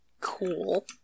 Cool